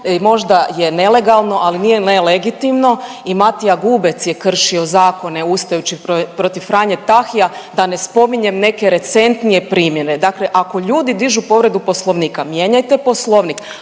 možda je nelegalno, ali nelegitimno. I Matija Gubec je kršio zakone ustajući protiv Franje Tahyja, da ne spominjem neke recentnije primjere. Dakle ako ljudi dižu povredu Poslovnika, mijenjajte Poslovnik.